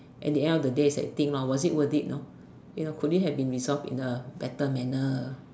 at the end of the day if you had think lor you know you know could it have been resolved in a better manner